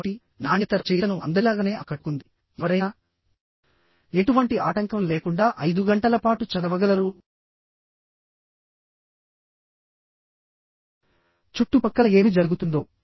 కాబట్టినాణ్యత రచయితను అందరిలాగానే ఆకట్టుకుందిఎవరైనా ఎటువంటి ఆటంకం లేకుండా 5 గంటల పాటు చదవగలరుచుట్టుపక్కలఏమి జరుగుతుందో